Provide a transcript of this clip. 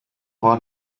war